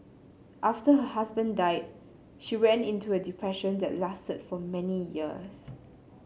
after her husband died she went into a depression that lasted for many years